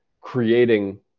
creating